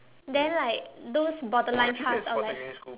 then like those borderline pass I'm like